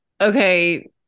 okay